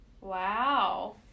Wow